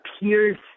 appears